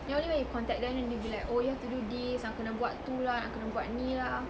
then only when you contact them then they will be like oh you have to do this nak kena buat itu lah nak kena buat ini lah